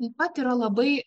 taip pat yra labai